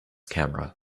camera